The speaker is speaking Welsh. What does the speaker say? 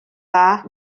dda